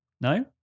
No